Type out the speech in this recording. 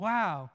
Wow